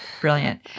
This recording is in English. Brilliant